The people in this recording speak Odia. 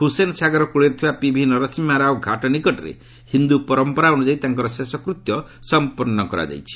ହୁସେନ ସାଗର କୂଳରେ ଥିବା ପିଭି ନରସିହ୍ମା ରାଓ ଘାଟ ନିକଟରେ ହିନ୍ଦୁ ପରମ୍ପରା ଅନୁଯାୟୀ ତାଙ୍କର ଶେଷକୃତ୍ୟ ସମ୍ପନ୍ନ କରାଯାଇଛି